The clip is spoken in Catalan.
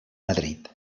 madrid